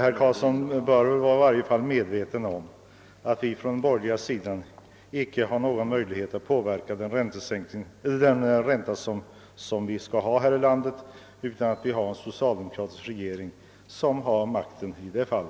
Herr Karlsson bör vara medveten om att vi på den borgerliga sidan inte har någon möjlighet att påverka den i vårt land gällande räntan, utan att vi har en socialdemokratisk regering, som har makten i det fallet.